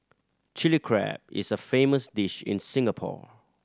Chilli Crab is a famous dish in Singapore